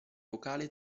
vocale